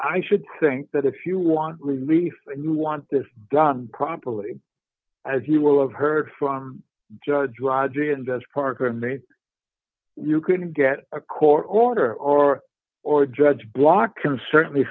i should think that if you want relief and you want this done properly as you will have heard from judge raja and as parker meant you couldn't get a court order or or a judge block can certainly